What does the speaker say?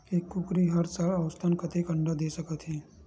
एक कुकरी हर साल औसतन कतेक अंडा दे सकत हे?